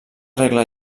regla